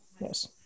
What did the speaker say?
Yes